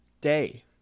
day